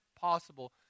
possible